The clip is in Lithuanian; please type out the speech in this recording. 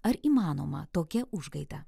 ar įmanoma tokia užgaida